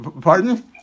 Pardon